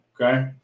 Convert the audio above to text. okay